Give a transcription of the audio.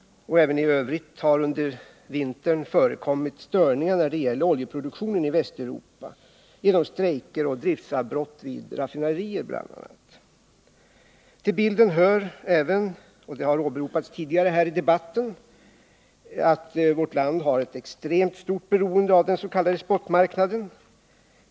Även i övrigt har det under vintern när det gäller oljeproduktionen i Västeuropa förekommit störningar, bl.a. genom strejker och driftavbrott vid raffinaderier. Till bilden hör även — och det har åberopats tidigare här i debatten — att vårt land har ett extremt stort beroende av den s.k. spotmarknaden.